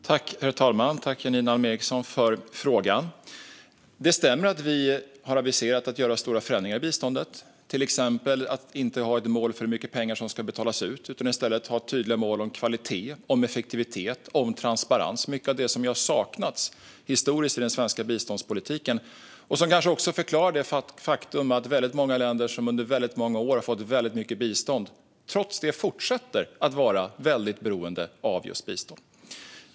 Herr talman! Tack, Janine Alm Ericson, för frågan! Det stämmer att vi har aviserat stora förändringar i biståndet, till exempel att inte ha ett mål för hur mycket pengar som ska betalas ut utan i stället ha tydliga mål gällande kvalitet, effektivitet och transparens - mycket av det som historiskt har saknats i den svenska biståndspolitiken, vilket kanske förklarar det faktum att många länder som under många år har fått väldigt mycket bistånd trots detta fortsätter att vara väldigt beroende av just bistånd.